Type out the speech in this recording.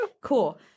Cool